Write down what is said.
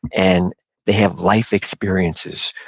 and they have life experiences,